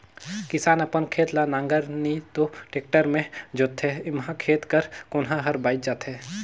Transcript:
किसान अपन खेत ल नांगर नी तो टेक्टर मे जोतथे एम्हा खेत कर कोनहा हर बाएच जाथे